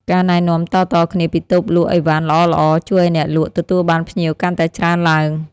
ការណែនាំតៗគ្នាពីតូបលក់ឥវ៉ាន់ល្អៗជួយឱ្យអ្នកលក់ទទួលបានភ្ញៀវកាន់តែច្រើនឡើង។